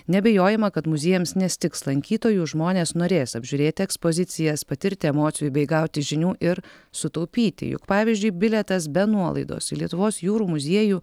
neabejojama kad muziejams nestigs lankytojų žmonės norės apžiūrėti ekspozicijas patirti emocijų bei gauti žinių ir sutaupyti juk pavyzdžiui bilietas be nuolaidos į lietuvos jūrų muziejų